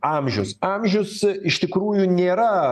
amžius amžius iš tikrųjų nėra